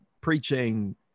preaching